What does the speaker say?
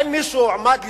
האם מישהו הועמד לדין?